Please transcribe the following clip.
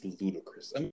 ludicrous